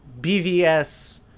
BVS